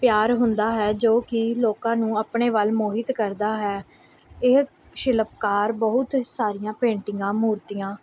ਪਿਆਰ ਹੁੰਦਾ ਹੈ ਜੋ ਕਿ ਲੋਕਾਂ ਨੂੰ ਆਪਣੇ ਵੱਲ ਮੋਹਿਤ ਕਰਦਾ ਹੈ ਇਹ ਸ਼ਿਲਪਕਾਰ ਬਹੁਤ ਸਾਰੀਆਂ ਪੇਂਟਿੰਗਾਂ ਮੂਰਤੀਆਂ